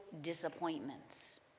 disappointments